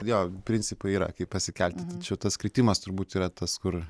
jo principai yra kaip pasikelti tačiau tas kritimas turbūt yra tas kur